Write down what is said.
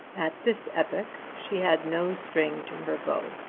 at this epoch she had no string to her bow.